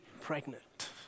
pregnant